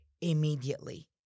immediately